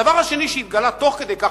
הדבר השני שהתגלה תוך כדי כך,